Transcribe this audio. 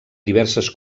diverses